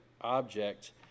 object